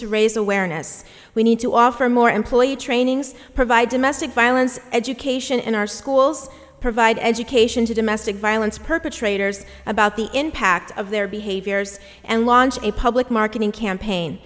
to raise awareness we need to offer more employee trainings provide domestic violence education in our schools provide education to domestic violence perpetrators about the impact of their behaviors and launch a public marketing campaign